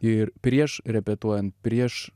ir prieš repetuojant prieš